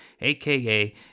aka